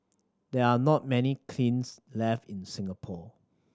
there are not many kilns left in Singapore